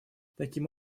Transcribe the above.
таким